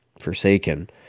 Forsaken